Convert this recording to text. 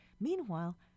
Meanwhile